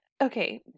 okay